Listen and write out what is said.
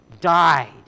died